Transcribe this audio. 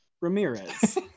Ramirez